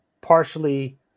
partially